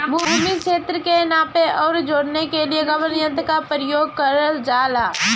भूमि क्षेत्र के नापे आउर जोड़ने के लिए कवन तंत्र का प्रयोग करल जा ला?